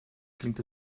klingt